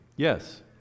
Yes